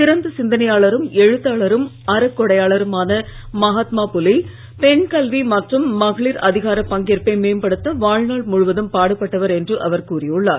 சிறந்த சிந்தனையாளரும் எழுத்தாளரும் அறக்கொடையாளருமான மகாத்மா புலே பெண் கல்வி மற்றும் மகளிர் அதிகாரப் பங்கேற்பை மேம்படுத்த வாழ்நாள் முழுவதும் பாடுபட்டவர் என்று அவர் கூறி உள்ளார்